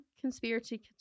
conspiracy